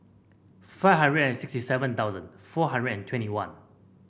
five hundred and sixty seven thousand four hundred and twenty one